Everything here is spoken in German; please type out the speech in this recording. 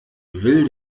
will